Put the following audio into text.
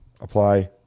Apply